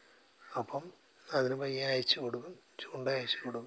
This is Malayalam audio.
അപ്പം അതിന് പയ്യെ അയച്ചുകൊടുക്കും ചൂണ്ട അയച്ച് കൊടുക്കും